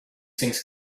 things